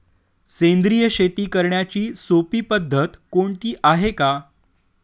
सेंद्रिय शेती करण्याची सोपी पद्धत कोणती आहे का?